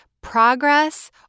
progress